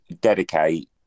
dedicate